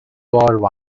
war